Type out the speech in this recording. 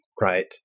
Right